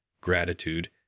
gratitude